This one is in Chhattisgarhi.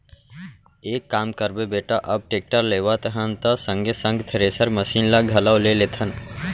एक काम करबे बेटा अब टेक्टर लेवत हन त संगे संग थेरेसर मसीन ल घलौ ले लेथन